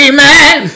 Amen